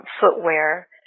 footwear